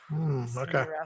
Okay